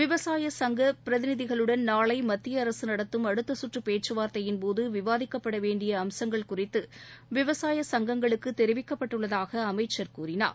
விவசாய சுங்கப் பிரதிநிதிகளுடன் நாளை மத்திய அரசு நடத்தும் அடுத்த சுற்று பேச்சுவார்த்தையின்போது விவாதிக்கப்பட வேண்டிய அம்சங்கள் குறித்து விவசாய சங்கங்களுக்கு தெரிவிக்கப்பட்டுள்ளதாக அமைச்சர் கூறினார்